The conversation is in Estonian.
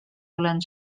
olen